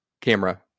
camera